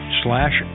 slash